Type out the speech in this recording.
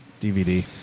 DVD